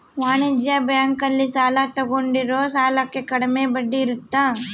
ವಾಣಿಜ್ಯ ಬ್ಯಾಂಕ್ ಅಲ್ಲಿ ಸಾಲ ತಗೊಂಡಿರೋ ಸಾಲಕ್ಕೆ ಕಡಮೆ ಬಡ್ಡಿ ಇರುತ್ತ